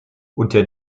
unter